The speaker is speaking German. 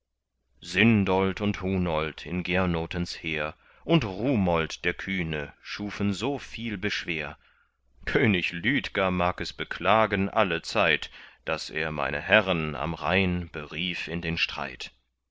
sindold und hunold in gernotens heer und rumold der kühne schufen so viel beschwer könig lüdger mag es beklagen allezeit daß er meine herren am rhein berief in den streit